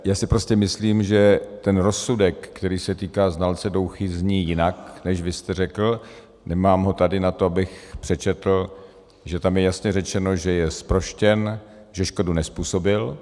Já si prostě myslím, že ten rozsudek, který se týká znalce Douchy, zní jinak, než vy jste řekl, nemám ho tady na to, abych přečetl, že tam je jasně řečeno, že je zproštěn, že škodu nezpůsobil.